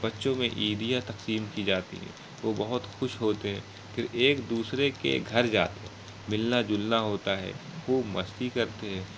بچوں میں عیدیاں تقسیم کی جاتی ہیں وہ بہت خوش ہوتے ہیں پھر ایک دوسرے کے گھر جاتے ہیں ملنا جلنا ہوتا ہے خوب مستی کرتے ہیں